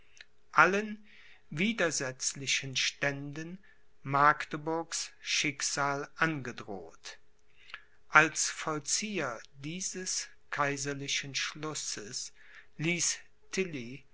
allen widersetzlichen ständen magdeburgs schicksal angedroht als vollzieher dieses kaiserlichen schlusses ließ